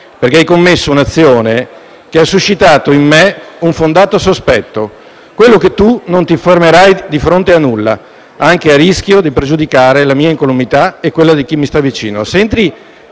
un limite, commettendo un'azione che ha suscitato in me il fondato sospetto che non si fermerà di fronte a nulla, anche a rischio di pregiudicare la mia incolumità e quella di chi mi sta vicino.